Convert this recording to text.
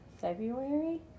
February